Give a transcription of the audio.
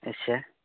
ᱟᱪᱪᱷᱟ